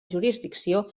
jurisdicció